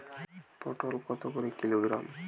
পটল কত করে কিলোগ্রাম?